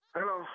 Hello